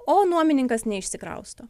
o nuomininkas neišsikrausto